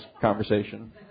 conversation